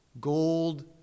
Gold